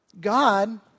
God